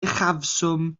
uchafswm